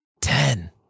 ten